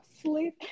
sleep